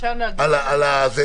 כנראה שהקורונה השפיעה עליך.